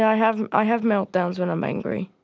i have i have meltdowns when i'm angry.